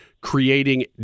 creating